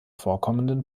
vorkommenden